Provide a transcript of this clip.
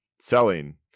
selling